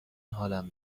حالم